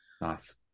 Nice